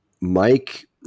Mike